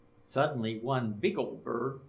suddenly one big old bird,